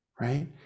Right